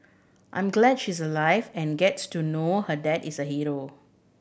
I'm glad she's alive and gets to know her dad is a hero